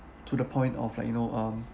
to the point of like you know um